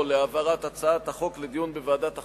להעברת הצעת החוק לדיון בוועדת החוקה,